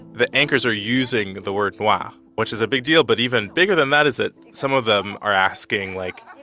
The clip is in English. the anchors are using the word noir, which is a big deal. but even bigger than that is that some of them are asking, like,